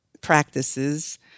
practices